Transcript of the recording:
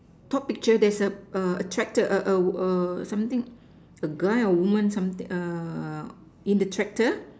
top picture there's a a tractor a a a something a guy or woman something err in the tractor